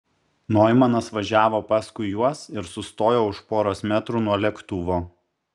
noimanas važiavo paskui juos ir sustojo už poros metrų nuo lėktuvo